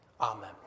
Amen